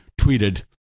tweeted